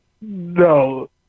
no